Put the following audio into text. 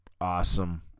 awesome